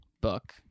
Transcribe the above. book